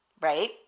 right